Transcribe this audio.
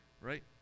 right